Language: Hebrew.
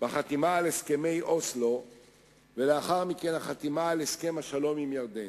בחתימה על הסכמי אוסלו ולאחר מכן בחתימה על הסכם השלום עם ירדן.